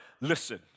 listen